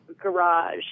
garage